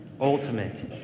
Ultimate